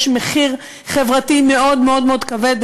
יש מחיר חברתי מאוד כבד.